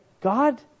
God